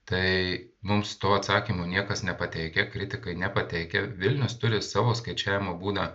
tai mums to atsakymo niekas nepateikia kritikai nepateikia vilnius turi savo skaičiavimo būdą